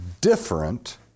different